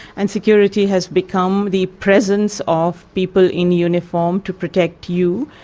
and security has become the presence of people in uniform to protect you,